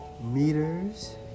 meters